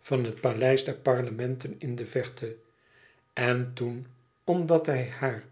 van het paleis der parlementen in de verte en toen omdat hij haar